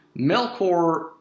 Melkor